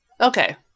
Okay